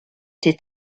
été